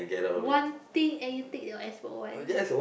one thing and you take your XBox-One